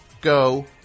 go